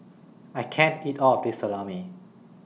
I can't eat All of This Salami